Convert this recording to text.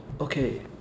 okay